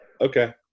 okay